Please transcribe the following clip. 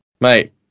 mate